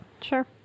Sure